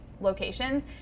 locations